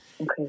Okay